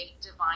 divine